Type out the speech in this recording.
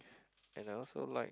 and I also like